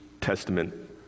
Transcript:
Testament